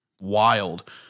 wild